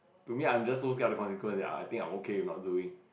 to me I'm just so scared of the consequence that I I think I'm okay with not doing